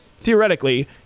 theoretically